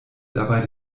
dabei